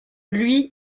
lui